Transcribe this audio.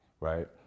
right